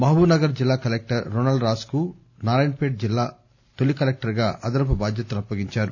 మహబూబ్ నగర్ జిల్లాకలెక్టర్ Ronald Ross కు నారాయణపేట్ జిల్లా తొలి కలెక్టర్ గా అదనపు బాధ్యతలు అప్పగించారు